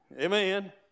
Amen